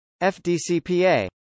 FDCPA